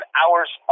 hours